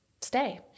stay